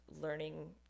learning